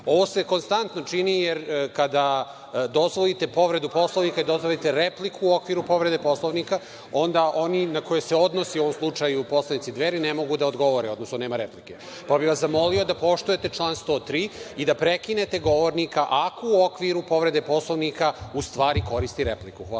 se konstantno čini, jer kada dozvolite povredu Poslovnika, dozvolite repliku u okviru povrede Poslovnika, onda oni na koje se odnosi, u ovom slučaju poslanici Dveri, ne mogu da odgovore, odnosno nema replike. Pa, bih vas zamolio da poštujete član 103. i da prekinete govornika ako u okviru povrede Poslovnika u stvari koristi repliku.